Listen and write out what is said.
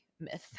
myth